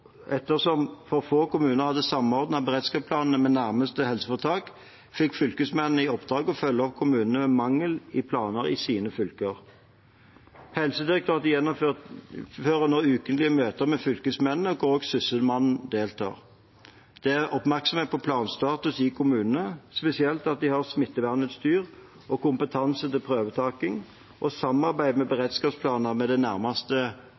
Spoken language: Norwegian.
kommuner hadde samordnet beredskapsplanene med nærmeste helseforetak, fikk fylkesmennene i oppdrag å følge opp kommunene med mangel i planene i sine fylker. Helsedirektoratet gjennomfører nå ukentlige møter med fylkesmennene, der også Sysselmannen deltar. Det er oppmerksomhet på planstatus i kommunene, spesielt at de har smittevernutstyr og kompetanse til prøvetaking og samarbeid om beredskapsplanene med nærmeste